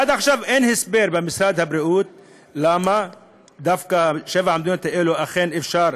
עד עכשיו אין הסבר במשרד הבריאות למה דווקא שבע המדינות האלה אפשר